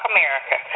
America